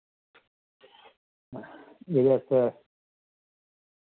एह्दे आस्तै